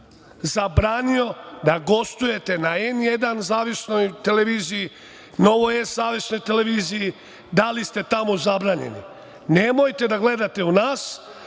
zabranio da gostujete na N1, zavisnoj televiziji, Novoj S, zavisnoj televiziji, da li ste tamo zabranjeni? Nemojte da gledate u nas,